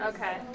Okay